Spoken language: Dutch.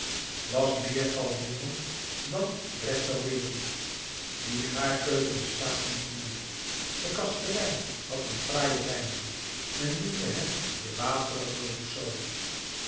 was meer kalmeerend dan restaureerend die gaarkeuken bestaat niet meer de kastelein had een fraaien bijnaam men noemde hem den waterigen